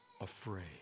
afraid